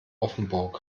offenburg